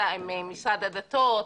משרד הדתות,